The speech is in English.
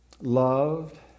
Loved